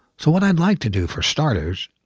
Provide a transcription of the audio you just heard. so what i'd like to do for starters,